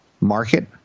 market